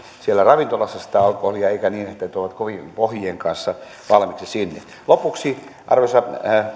siellä ravintolassa sitä alkoholia eivätkä niin että tulevat kovien pohjien kanssa valmiiksi sinne lopuksi arvoisa